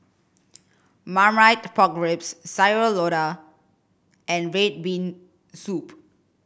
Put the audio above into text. Marmite Pork Ribs Sayur Lodeh and red bean soup